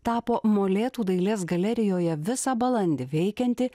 tapo molėtų dailės galerijoje visą balandį veikianti